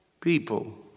people